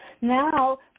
Now